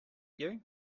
you